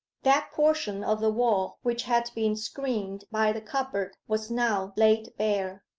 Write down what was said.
that portion of the wall which had been screened by the cupboard was now laid bare.